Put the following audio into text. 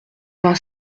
vingt